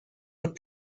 would